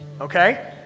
Okay